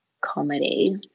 comedy